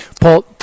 Paul